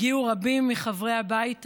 הגיעו רבים מחברי הבית הזה,